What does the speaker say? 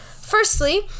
Firstly